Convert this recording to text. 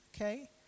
Okay